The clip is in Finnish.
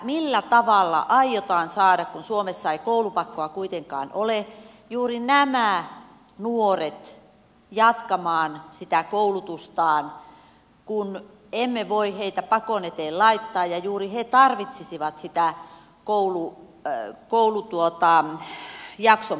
millä tavalla aiotaan saada kun suomessa ei koulupakkoa kuitenkaan ole juuri nämä nuoret jatkamaan sitä koulutustaan kun emme voi heitä pakon eteen laittaa ja juuri he tarvitsisivat sitä koulujakson pidentämistä